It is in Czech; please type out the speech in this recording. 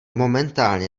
momentálně